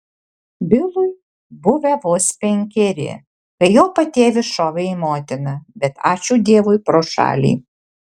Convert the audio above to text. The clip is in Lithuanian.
bilui buvę vos penkeri kai jo patėvis šovė į motiną bet ačiū dievui pro šalį